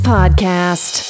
Podcast